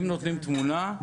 אם נותנים תמונה,